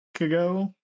ago